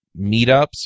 meetups